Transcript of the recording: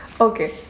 Okay